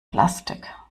plastik